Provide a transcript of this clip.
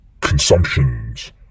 consumptions